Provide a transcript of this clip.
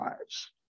lives